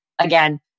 again